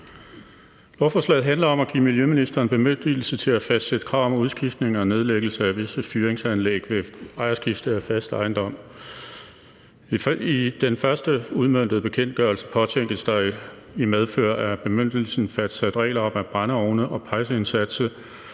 Lovforslaget handler om at give miljøministeren bemyndigelse til at fastsætte krav om udskiftning og nedlæggelse af visse fyringsanlæg ved ejerskifte af fast ejendom. I den første udmøntede bekendtgørelse påtænkes der i medfør af bemyndigelsen fastsat regler om, at brændeovne og pejseindsatse,